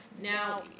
Now